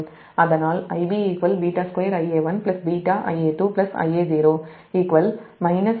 அதனால் Ib β2 Ia1 βIa2 Ia0 βIa1 β2Ia2 Ia0